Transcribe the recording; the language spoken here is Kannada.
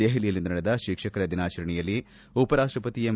ದೆಹಲಿಯಲ್ಲಿಂದು ನಡೆದ ಶಿಕ್ಷಕರ ದಿನಾಚರಣೆಯಲ್ಲಿ ಉಪರಾಷ್ಟಪತಿ ಎಂ